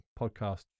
podcast